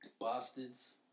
bastards